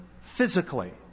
physically